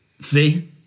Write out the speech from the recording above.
See